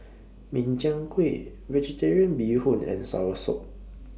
Min Chiang Kueh Vegetarian Bee Hoon and Soursop